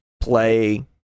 play